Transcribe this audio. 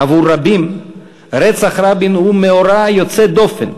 עבור רבים רצח רבין הוא מאורע יוצא דופן,